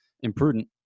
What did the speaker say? imprudent